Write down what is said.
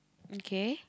okay